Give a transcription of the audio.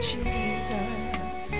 Jesus